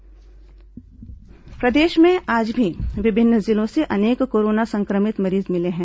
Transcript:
corona मरीज प्रदेश में आज भी विभिन्न जिलों से अनेक कोरोना संक्रमित मरीज मिले हैं